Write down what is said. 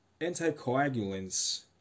anticoagulants